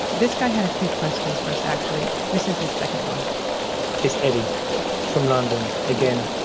this guy had a few questions for us actually. this is his second one it's eddie from london, again.